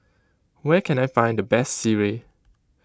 where can I find the best sireh